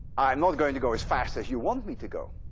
i'm not going to go as fast as you want me to go.